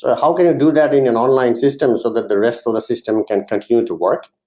ah how can i do that in an online system so that the rest of the system can continue to work.